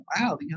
wow